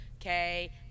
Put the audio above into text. Okay